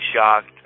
shocked